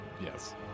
Yes